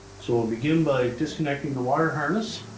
so begin by disconnecting the wire harness.